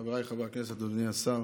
חבריי חברי הכנסת, אדוני השר,